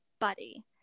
buddy